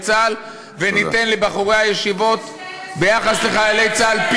צה"ל וניתן לבחורי הישיבות ביחס לחיילי צה"ל,